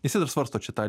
jisai dar svarsto čia tą